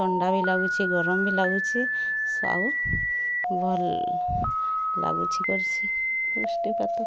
ଥଣ୍ଡା ବି ଲାଗୁଛି ଗରମ୍ ବି ଲାଗୁଛି ଆଉ ଭଲ୍ ଲାଗୁଛି କରୁଛି ବୃଷ୍ଟିପାତ